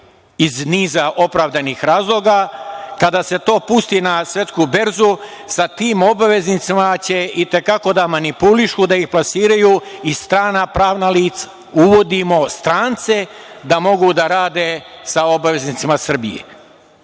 iz niza opravdanih razloga, kada se to pusti na svetsku berzu, sa tim obveznicama će i te kako da manipulišu, da ih plasiraju i strana pravna lica. Uvodimo strance da mogu da rade sa obveznicama Srbije.